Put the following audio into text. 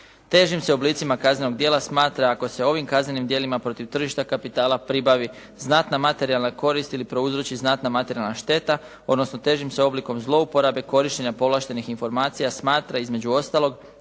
Težim se oblicima kaznenog djela smatra ako se ovim kaznenim djela protiv tržišta kapitala pribavi znatna materijalna korist ili prouzroči znatna materijalna šteta, odnosno težim se oblikom zlouporabe korištenja povlaštenih informacija smatra između ostalog